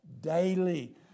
daily